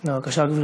בבקשה, גברתי.